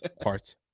parts